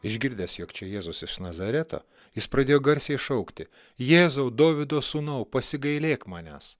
išgirdęs jog čia jėzus iš nazareto jis pradėjo garsiai šaukti jėzau dovydo sūnau pasigailėk manęs